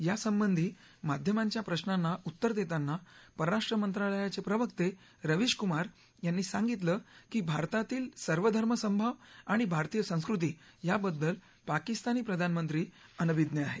यासंबंधी माध्यमांच्या प्रश्नांना उत्तर देताना परराष्ट्र मंत्रालयाचे प्रवक्ते रविशकुमार यांनी सांगितलं की भारतातील सर्वधर्मसमभाव आणि भारतीय संस्कृती याबद्दल पाकिस्तानी प्रधानमंत्री अनभिज्ञ आहेत